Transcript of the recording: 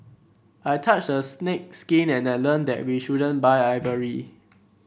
I touched a snake's skin and I learned that we shouldn't buy ivory